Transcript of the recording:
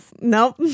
nope